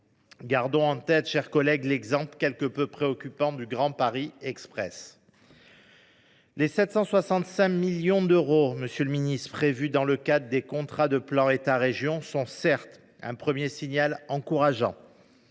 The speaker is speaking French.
Gardons en tête, mes chers collègues, l’exemple quelque peu préoccupant du Grand Paris Express. Les 765 millions d’euros prévus dans le cadre des contrats de plan État région sont, certes, un premier signal encourageant,